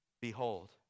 Behold